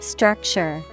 Structure